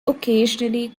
occasionally